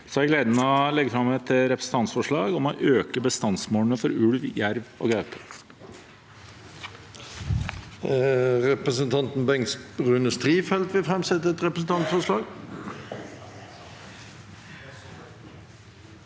jeg gleden av å legge fram et representantforslag om å øke bestandsmålene for ulv, jerv og gaupe.